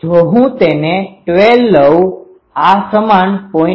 જો હું તેને 12 લઉં આ સમાન 0